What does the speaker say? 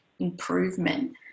improvement